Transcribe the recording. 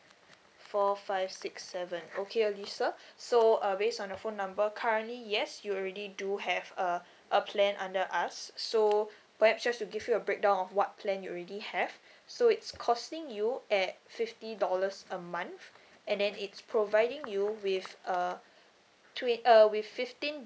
four five six seven okay alisa so uh based on your phone number currently yes you already do have a a plan under us so perhaps just to give you a breakdown of what plan you already have so it's costing you at fifty dollars a month and then it's providing you with uh twe~ uh with fifteen